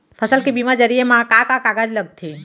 फसल के बीमा जरिए मा का का कागज लगथे?